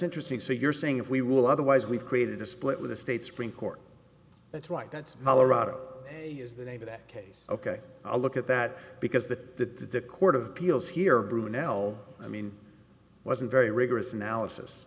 interesting so you're saying if we will otherwise we've created a split with the state supreme court that's right that's is the name of that case ok i look at that because the court of appeals here brunello i mean wasn't very rigorous analysis